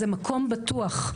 זה מקום בטוח,